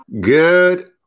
good